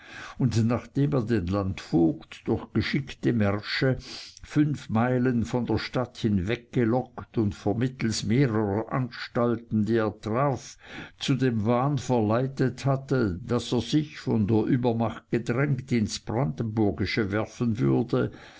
und nachdem er den landvogt durch geschickte märsche fünf meilen von der stadt hinweggelockt und vermittelst mehrerer anstalten die er traf zu dem wahn verleitet hatte daß er sich von der übermacht gedrängt ins brandenburgische werfen würde